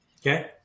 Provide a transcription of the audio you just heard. Okay